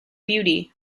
beauty